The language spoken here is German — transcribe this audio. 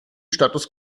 status